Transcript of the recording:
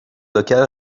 locale